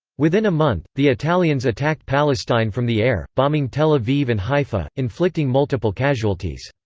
within a month, the italians attacked palestine from the air, bombing tel aviv and haifa, inflicting multiple casualties.